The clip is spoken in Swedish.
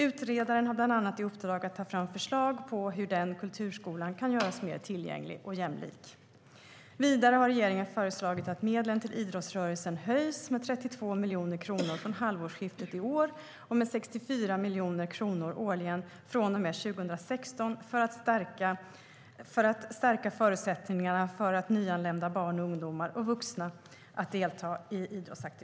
Utredaren har bland annat i uppdrag att ta fram förslag på hur den kulturskolan kan göras mer tillgänglig och jämlik. Vidare har regeringen föreslagit att medlen till idrottsrörelsen höjs med 32 miljoner kronor från halvårsskiftet i år och med 64 miljoner kronor årligen från och med 2016 för att stärka förutsättningarna för nyanlända barn och ungdomar och vuxna att delta i idrottsaktiviteter.